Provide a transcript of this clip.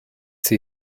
see